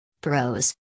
Pros